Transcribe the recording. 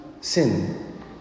sin